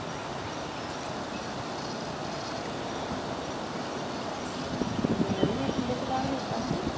नेईं में तुंदे कोला लैता हा ना